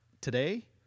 today